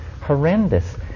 horrendous